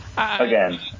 Again